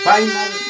Final